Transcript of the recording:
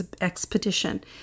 Expedition